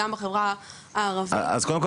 כרגיל,